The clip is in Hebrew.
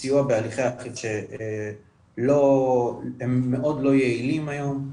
סיוע בהליכים שהם מאוד לא יעילים היום,